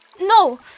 No